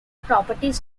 properties